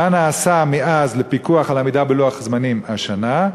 3. מה נעשה מאז לפיקוח על עמידה בלוחות זמנים השנה?